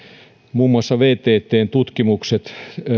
muun muassa vttn tutkimuksissa